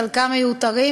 חלקם מיותרים,